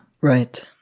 Right